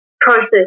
process